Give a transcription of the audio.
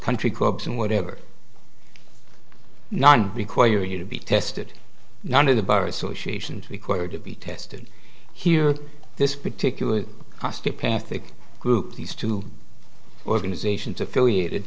country clubs and whatever not requiring you to be tested none of the bar association required to be tested here this particular osteopathic group these two organizations affiliated